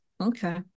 Okay